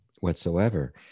whatsoever